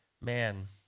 man